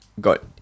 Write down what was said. got